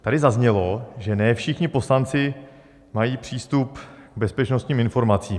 Tady zaznělo, že ne všichni poslanci mají přístup k bezpečnostním informacím.